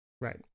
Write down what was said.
Right